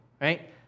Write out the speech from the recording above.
right